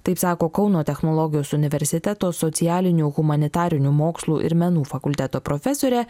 taip sako kauno technologijos universiteto socialinių humanitarinių mokslų ir menų fakulteto profesorė